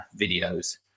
videos